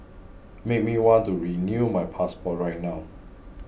make me want to renew my passport right now